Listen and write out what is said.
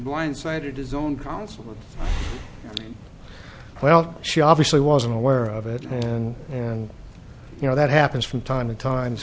blindsided his own counsel well she obviously wasn't aware of it and you know that happens from time to time